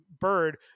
Bird